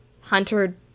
Hunter